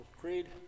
Creed